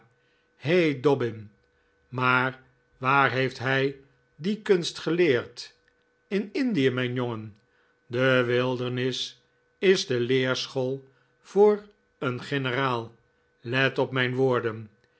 he dobbin maar waar heeft hij die kunst geleerd in indie mijn jongen de wildernis is de leerschool voor een generaal let op mijn woorden